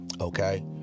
Okay